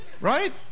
Right